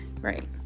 right